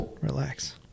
relax